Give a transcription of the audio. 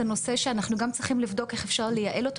זה נושא שאנחנו צריכים לבדוק איך אפשר לייעל אותו